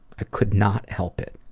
i could not help it.